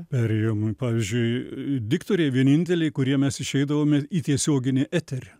perėjom pavyzdžiui diktoriai vieninteliai kurie mes išeidavome į tiesioginį eterį